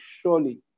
surely